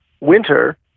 winter